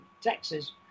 Texas